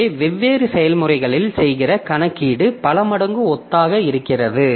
எனவே வெவ்வேறு செயல்முறைகளில் செய்கிற கணக்கீடு பல மடங்கு ஒத்ததாக இருக்கிறது